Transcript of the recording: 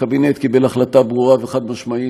הקבינט קיבל החלטה ברורה וחד-משמעית,